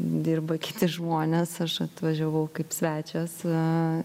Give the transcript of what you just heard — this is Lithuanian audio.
dirba kiti žmonės aš atvažiavau kaip svečias a